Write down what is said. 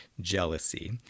jealousy